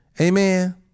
Amen